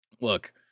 look